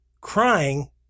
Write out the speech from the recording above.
crying